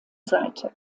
seite